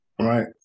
Right